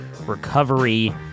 recovery